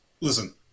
listen